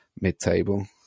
Mid-table